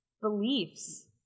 beliefs